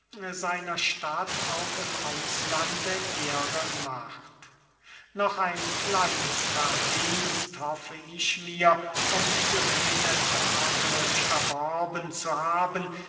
seiner stadt auch im auslande ehre macht noch ein kleines verdienst hoffe ich mir um cyrene dadurch erworben zu haben